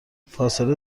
فاصله